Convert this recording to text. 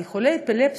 כי חולי אפילפסיה,